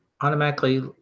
automatically